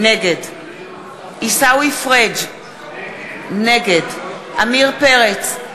נגד עיסאווי פריג' נגד עמיר פרץ,